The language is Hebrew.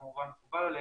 כמובן מקובל עלינו.